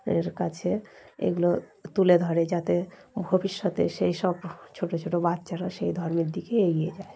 এর কাছে এগুলো তুলে ধরে যাতে ভবিষ্যতে সেই সব ছোট ছোট বাচ্চারা সেই ধর্মের দিকে এগিয়ে যায়